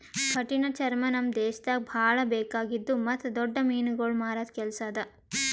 ಕಠಿಣ ಚರ್ಮ ನಮ್ ದೇಶದಾಗ್ ಭಾಳ ಬೇಕಾಗಿದ್ದು ಮತ್ತ್ ದೊಡ್ಡ ಮೀನುಗೊಳ್ ಮಾರದ್ ಕೆಲಸ ಅದಾ